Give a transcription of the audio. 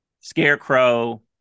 Scarecrow